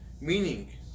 meaning